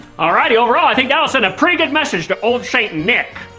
alrighty, overall, i think that'll send a pretty good message to old st. nick.